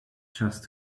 just